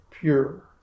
pure